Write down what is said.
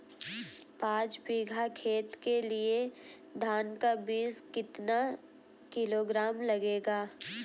पाँच बीघा खेत के लिये धान का बीज कितना किलोग्राम लगेगा?